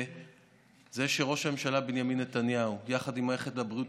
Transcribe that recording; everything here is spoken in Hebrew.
זה שראש הממשלה בנימין נתניהו יחד עם מערכת הבריאות